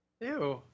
Ew